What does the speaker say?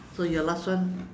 so your last one